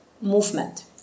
movement